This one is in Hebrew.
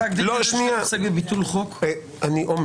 אני אומר